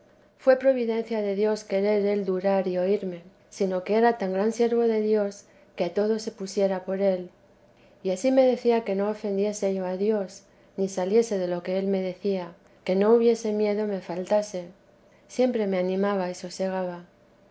fué providencia de dios querer él durar y oírme sino que era tan gran siervo de dios que a todo se pusiera por él y ansí me decía que no ofendiese yo a dios ni saliese de lo que él me decía que no hubiese miedo me faltase siempre me animaba y sosegaba